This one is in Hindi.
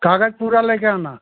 कागज़ पूरे लेकर आना